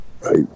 Right